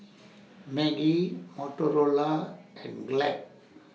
Maggi Motorola and Glad